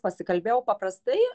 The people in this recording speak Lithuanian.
pasikalbėjau paprastai